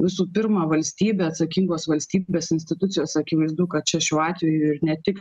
visų pirma valstybė atsakingos valstybės institucijos akivaizdu kad čia šiuo atveju ir ne tik